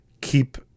keep